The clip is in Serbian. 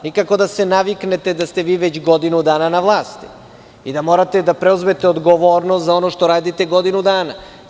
Nikako da se naviknete da ste vi već godinu dana na vlasti i da morate da preuzmete odgovornost za ono što radite godinu dana.